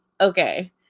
okay